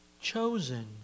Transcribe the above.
chosen